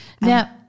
now